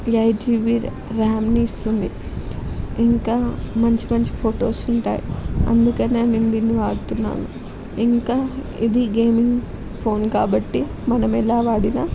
eight GB రామ్ని ఇస్తుంది ఇంకా మంచి మంచి ఫోటోస్ ఉంటాయి అందుకనే మేము దీన్ని వాడుతున్నాను ఇంకా ఇది గేమింగ్ ఫోన్ కాబట్టి మనం ఎలా వాడినా